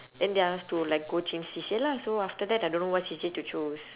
then they ask to like go change C_C_A lah so after that I don't know what C_C_A to choose